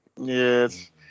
Yes